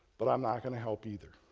but i'm not going to help either.